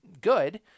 good